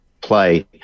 play